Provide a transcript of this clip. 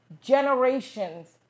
generations